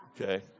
Okay